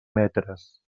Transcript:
metres